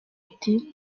ati